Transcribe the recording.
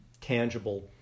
tangible